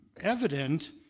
evident